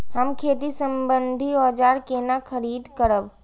हम खेती सम्बन्धी औजार केना खरीद करब?